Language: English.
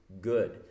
good